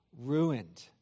ruined